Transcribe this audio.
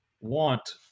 want